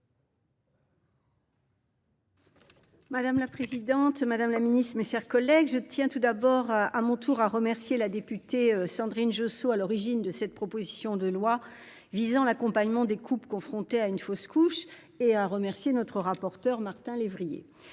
Madame la présidente, madame la ministre, mes chers collègues, je tiens tout d'abord à remercier la députée Sandrine Josso à l'origine de cette proposition de loi visant à favoriser l'accompagnement des couples confrontés à une fausse couche, ainsi que notre rapporteur, Martin Lévrier.